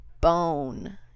bone